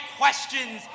questions